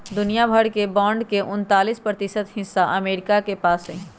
दुनिया भर के बांड के उन्तालीस प्रतिशत हिस्सा अमरीका के पास हई